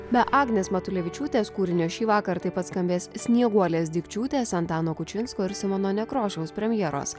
be agnės matulevičiūtės kūrinio šįvakar taip pat skambės snieguolės dikčiūtės antano kučinsko ir simono nekrošiaus premjeros